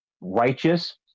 righteous